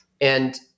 And-